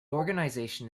organisation